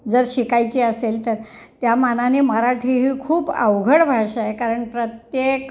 जर शिकायची असेल तर त्या मानाने मराठी ही खूप अवघड भाषा आहे कारण प्रत्येक